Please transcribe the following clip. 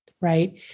right